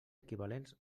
equivalents